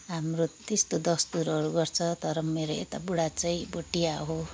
हाम्रो त्यस्तो दसतुरहरू गर्छ तर मेरो यता बुढा चाहिँ भोटिया हो